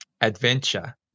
adventure